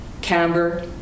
Camber